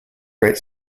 great